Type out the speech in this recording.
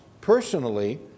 personally